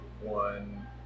one